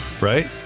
Right